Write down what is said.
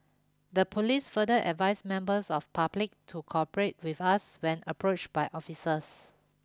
the police further advised members of public to cooperate with us when approached by officers